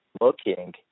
looking